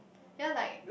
ya like